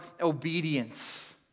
obedience